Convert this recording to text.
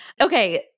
Okay